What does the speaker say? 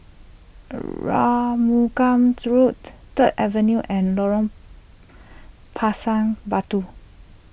Arumugam's Road Third Avenue and Lorong Pisang Batu